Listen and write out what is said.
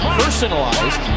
personalized